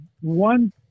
one